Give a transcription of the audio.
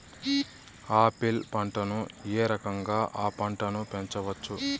Apple పంటను ఏ రకంగా అ పంట ను పెంచవచ్చు?